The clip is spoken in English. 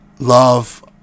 love